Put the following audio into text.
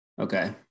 Okay